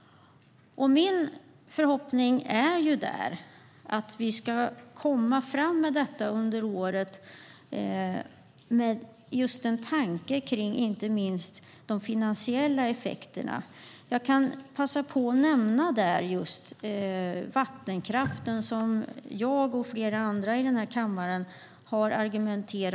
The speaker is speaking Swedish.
Min förhoppning är att det ska tas fram sådana under året som tar hänsyn till inte minst finansiella effekterna. Jag kan passa på att nämna vattenkraften som jag och flera andra i den här kammaren har argumenterat för.